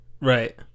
Right